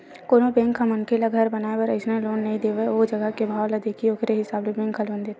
कोनो बेंक ह मनखे ल घर बनाए बर अइसने लोन नइ दे देवय ओ जघा के भाव ल देखही ओखरे हिसाब ले बेंक ह लोन देथे